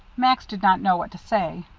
max did not know what to say.